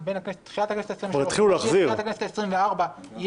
שבין תחילת הכנסת ה-23 לכנסת ה-24 יש